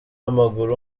w’amaguru